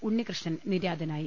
ഉണ്ണികൃഷ്ണൻ നിര്യാ തനായി